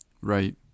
Right